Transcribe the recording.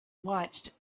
watched